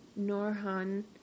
Norhan